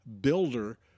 builder